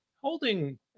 holding